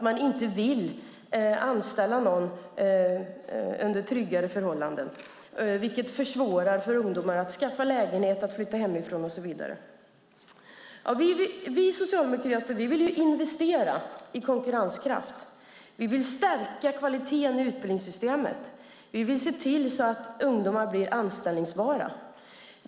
Man vill inte anställa någon under tryggare förhållanden, vilket försvårar för ungdomar att skaffa lägenhet, flytta hemifrån och så vidare. Vi socialdemokrater vill investera i konkurrenskraft. Vi vill stärka kvaliteten i utbildningssystemet. Vi vill se till att ungdomar blir anställningsbara.